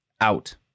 out